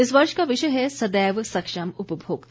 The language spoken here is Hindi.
इस वर्ष का विषय है सदैव सक्षम उपभोक्ता